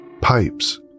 pipes